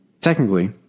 technically